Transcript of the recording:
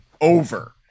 over